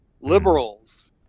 liberals